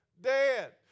dead